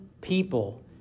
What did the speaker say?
people